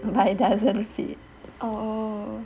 but it doesn't fit oh